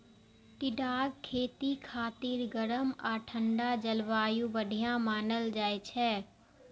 टिंडाक खेती खातिर गरम आ ठंढा जलवायु बढ़िया मानल जाइ छै